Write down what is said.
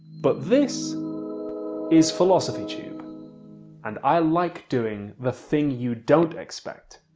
but this is philosophy tube and i like doing the thing you don't expect!